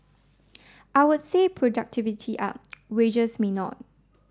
I would say productivity up wages may not